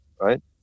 right